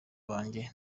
banjye